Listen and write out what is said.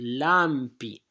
lampi